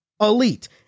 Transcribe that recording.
elite